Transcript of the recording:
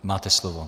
Máte slovo.